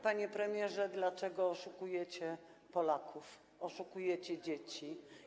Panie premierze, dlaczego oszukujecie Polaków, oszukujecie dzieci?